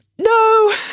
no